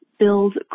build